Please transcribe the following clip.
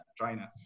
China